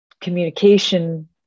communication